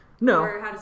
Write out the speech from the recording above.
no